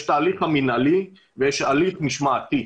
יש את ההליך המינהלי ויש הליך משמעתי.